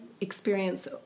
experience